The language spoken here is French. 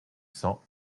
cent